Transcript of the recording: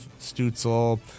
Stutzel